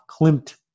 Klimt